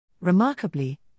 Remarkably